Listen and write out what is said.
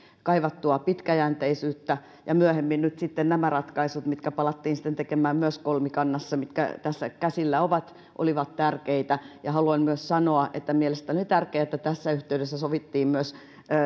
kaivattua pitkäjänteisyyttä ja myöhemmin nyt sitten nämä ratkaisut mitkä palattiin tekemään myös kolmikannassa mitkä tässä käsillä ovat olivat tärkeitä haluan myös sanoa että mielestäni on tärkeää että tässä yhteydessä sovittiin myös